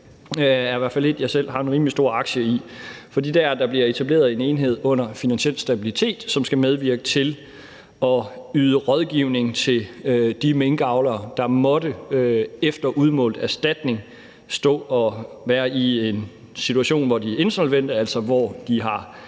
selv har en rimelig stor aktie i. Det handler om, at der bliver etableret en enhed under Finansiel Stabilitet, som skal medvirke til at yde rådgivning til de minkavlere, der efter udmålt erstatning måtte stå i en situation, hvor de er insolvente, altså hvor de har